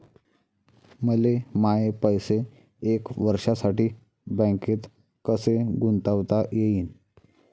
मले माये पैसे एक वर्षासाठी बँकेत कसे गुंतवता येईन?